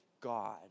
God